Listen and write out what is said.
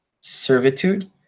servitude